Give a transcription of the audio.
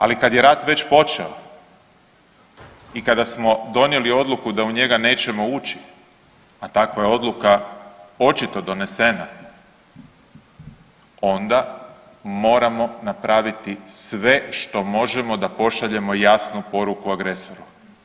Ali kad je rat već počeo i kada smo donijeli odluku da u njega nećemo ući, a takva je odluka očito donesena onda moramo napraviti sve što možemo da pošaljemo jasnu poruku agresoru.